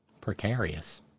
Precarious